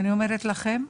אני אומרת לכם,